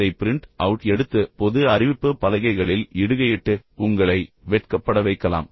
அதை print out எடுத்து பொது அறிவிப்பு பலகைகளில் இடுகையிட்டு உங்களை வெட்கப்பட வைக்கலாம்